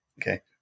Okay